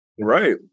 right